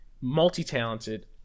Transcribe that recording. Multi-talented